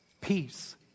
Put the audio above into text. Peace